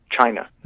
China